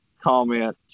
comment